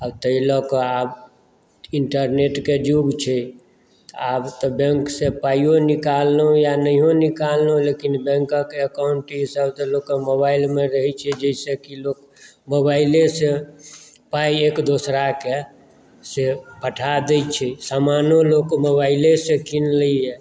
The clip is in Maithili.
तैॅं लऽ कऽ आब इण्टरनेट केँ युग छै आब तऽ बैंक सॅं पाइयो निकाललहुँ या नहियो निकाललहुँ लेकिन बैंक क एकाउन्ट ई सभ तऽ लोकक मोबाईल मे रहै छै जाहिसँ कि लोक मोबाइले सॅं पाई एक दोसराकेँ से पठा दैत छै समानो लोक मोबाइले से किन लैया